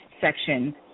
section